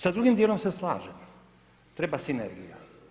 Sa drugim djelom se slažem, treba sinergija.